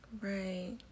Right